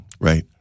right